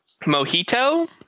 Mojito